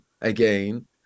again